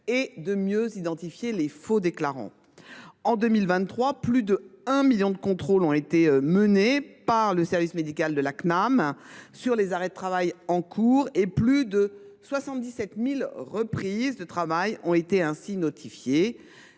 et de mieux identifier les faux déclarants. En 2023, plus de 1 million de contrôles ont été menés par le service médical de la Cnam sur les arrêts de travail en cours et plus de 77 000 reprises de travail ont été notifiées.